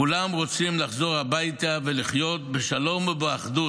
כולם רוצים לחזור הביתה ולחיות בשלום ובאחדות.